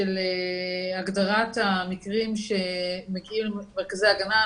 של הגדרת המקרים שמגיעים למרכזי ההגנה.